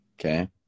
Okay